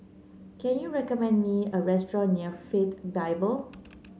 can you recommend me a restaurant near Faith Bible